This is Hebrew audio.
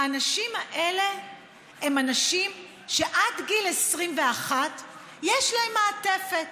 האנשים האלה הם אנשים שעד גיל 21 יש להם מעטפת: